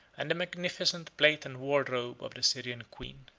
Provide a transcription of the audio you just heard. and the magnificent plate and wardrobe of the syrian queen,